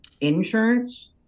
Insurance